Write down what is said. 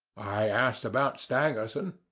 i asked about stangerson.